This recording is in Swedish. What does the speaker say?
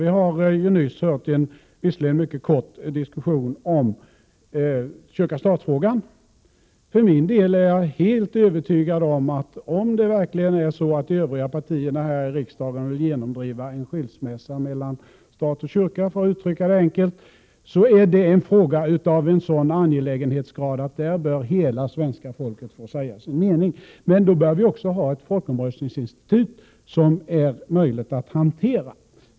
Vi har hört minst en — visserligen mycket kort — diskussion om kyrka-statfrågan. För min del är jag helt övertygad om att om de övriga partierna här i riksdagen verkligen vill genomdriva en skilsmässa mellan kyrka och stat, är det en fråga av en sådan angelägenhetsgrad att hela svenska folket bör få vara med och säga sin mening. I så fall bör vi ha ett folkomröstningsinstitut som det är möjligt att hantera.